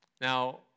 Now